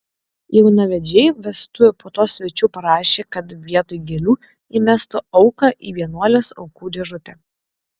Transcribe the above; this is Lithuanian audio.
jaunavedžiai vestuvių puotos svečių prašė kad vietoj gėlių įmestų auką į vienuolės aukų dėžutę